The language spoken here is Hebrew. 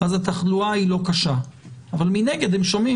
התחלואה היא לא קשה אבל מנגד הם שומעים